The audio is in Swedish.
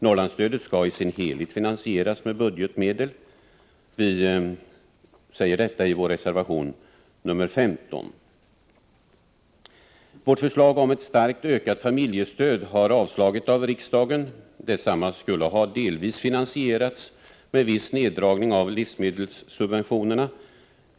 Norrlandsstödet skall i sin helhet finansieras med budgetmedel, säger vi i vår reservation nr 15. Vårt förslag om ett starkt ökat familjestöd har avslagits av riksdagen. Detsamma skulle delvis ha finansierats med viss neddragning av livsmedelssubventionerna.